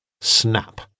Snap